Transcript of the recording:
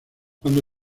cuando